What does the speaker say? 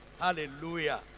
Hallelujah